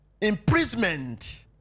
imprisonment